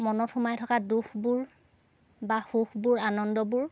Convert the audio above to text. মনত সোমাই থকা দুখবোৰ বা সুখবোৰ আনন্দবোৰ